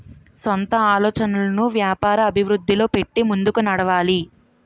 సొంత ఆలోచనలను వ్యాపార అభివృద్ధిలో పెట్టి ముందుకు నడవాలి